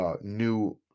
new